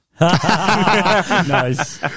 nice